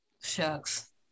Shucks